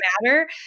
matter